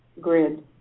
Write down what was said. grid